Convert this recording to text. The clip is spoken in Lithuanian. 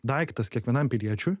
daiktas kiekvienam piliečiui